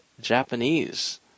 Japanese